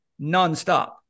nonstop